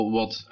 wat